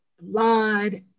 blood